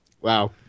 Wow